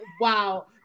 wow